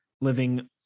living